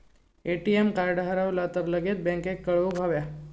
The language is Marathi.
ए.टी.एम कार्ड हरवला तर लगेच बँकेत कळवुक हव्या